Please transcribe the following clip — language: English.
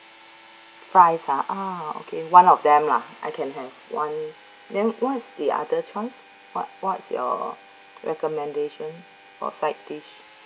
five ah uh okay one of them lah I can have one then what is the other choice what what's your recommendation for side dish